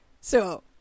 So-